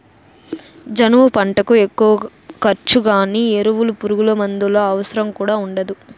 జనుము పంటకు ఎక్కువ ఖర్చు గానీ ఎరువులు పురుగుమందుల అవసరం కూడా ఉండదు